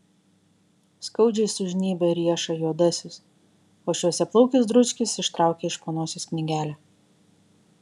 skaudžiai sužnybia riešą juodasis o šviesiaplaukis dručkis ištraukia iš po nosies knygelę